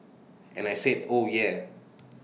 and I said oh yeah